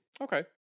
Okay